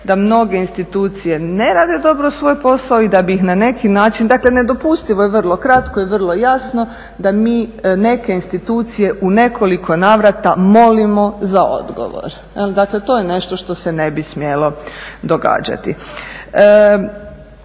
da mnoge institucije ne rade dobro svoj posao i da bi ih na neki način, dakle nedopustivo je vrlo kratko i vrlo jasno da mi neke institucije u nekoliko navrata molimo za odgovor. Dakle, to je nešto što se ne bi smjelo događati.